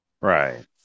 right